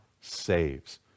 saves